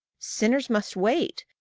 sinners must wait,